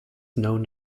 known